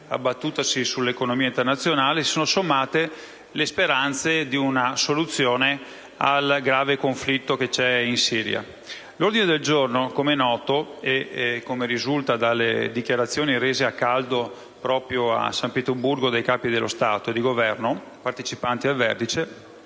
abbattutasi sull'economia internazionale si sono sommate le speranze di una soluzione al grave conflitto in Siria. L'ordine del giorno dei lavori, come è noto e come risulta dalle dichiarazioni rese a caldo proprio a San Pietroburgo dai Capi di Stato e di Governo partecipanti al Vertice,